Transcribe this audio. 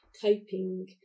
coping